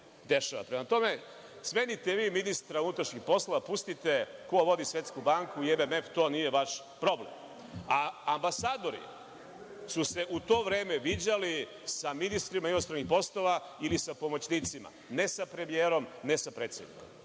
dešava. Prema tome, smenite vi ministra unutrašnjih poslova, pustite ko vodi Svetsku banku i MMF, to nije vaš problem. Ambasadori su se u to vreme viđali sa ministrima inostranih poslova ili sa pomoćnicima, ne sa premijerom, ne sa predsednikom,